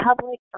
public